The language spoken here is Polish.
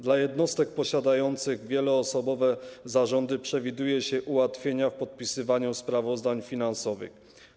Dla jednostek posiadających wieloosobowe zarządy przewiduje się ułatwienia w podpisywaniu sprawozdań finansowych.